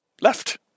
left